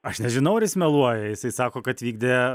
aš nežinau ar jis meluoja jisai sako kad vykdė